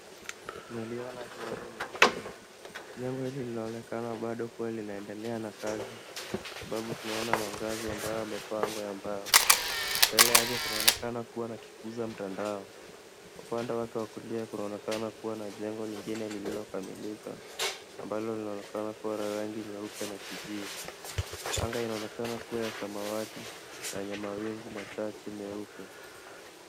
Tunaliona jengo nyeupe. Jengo hili linaonekana bado kuwa linaendelea na kazi, kwa sababu tunaona mangazi ambayo yamepangwa ya mbao. Mbele yake kunaonekana kuwa na kikuza mtandao. Upande wake wa kulia kunaonekana kuwa na jengo lingine lililokamilika, ambalo linaonekana kuwa la rangi nyeupe na kijivu. Anga inaonekana kuwa ya samawati na yenye mawingu machache meupe.